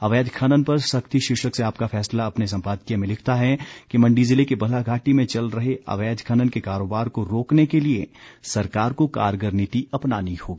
अवैध खनन पर सख्ती शीर्षक से आपका फैसला अपने संपादकीय में लिखता है कि मंडी जिले की बल्ह घाटी में चल रहे अवैध खनन के कारोबार को रोकने के लिए सरकार को कारगर नीति अपनानी होगी